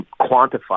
quantify